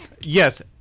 yes